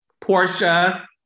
Portia